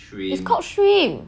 it's called shrimp